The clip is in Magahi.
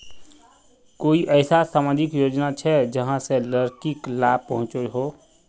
कोई ऐसा सामाजिक योजना छे जाहां से लड़किक लाभ पहुँचो हो?